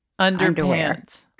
Underpants